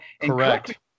Correct